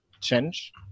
change